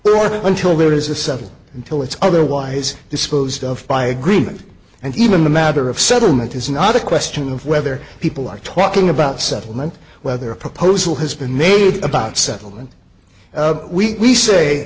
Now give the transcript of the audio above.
judgment until there is a seven until it's otherwise disposed of by agreement and even the matter of settlement is not a question of whether people are talking about settlement whether a proposal has been made about settlement we say in